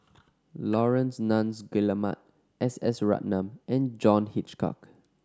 Laurence Nunns Guillemard S S Ratnam and John Hitchcock